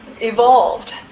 evolved